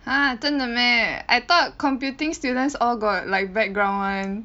!huh! 真的 meh I thought computing students all got like background [one]